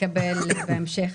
לקבל בהמשך.